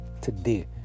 today